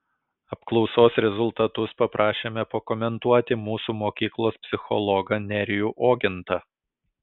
apklausos rezultatus paprašėme pakomentuoti mūsų mokyklos psichologą nerijų ogintą